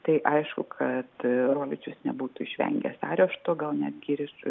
tai aišku kad roličius nebūtų išvengęs arešto gal netgi ir